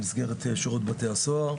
במסגרת שירות בתי הסוהר.